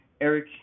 Eric